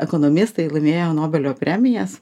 ekonomistai laimėjo nobelio premijas